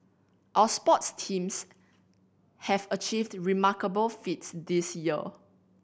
our sports teams have achieved remarkable feats this year